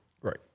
right